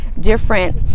different